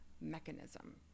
mechanism